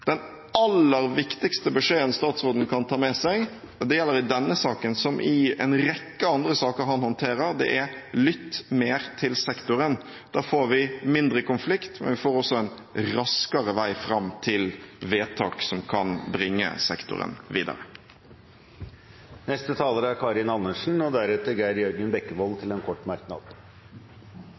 Den aller viktigste beskjeden statsråden kan ta med seg – det gjelder i denne saken som i en rekke andre saker han håndterer – er: Lytt mer til sektoren! Da får vi mindre konflikt, og vi får også en raskere vei fram til vedtak som kan bringe sektoren videre.